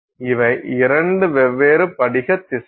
இவை இரண்டு வெவ்வேறு படிக திசைகள்